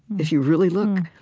if you really look,